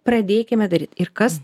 pradėkime daryti ir kas